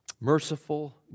Merciful